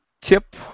tip